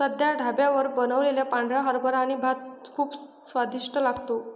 साध्या ढाब्यावर बनवलेला पांढरा हरभरा आणि भात खूप स्वादिष्ट लागतो